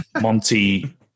Monty